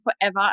forever